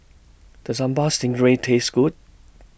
Does Sambal Stingray Taste Good